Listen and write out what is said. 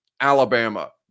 Alabama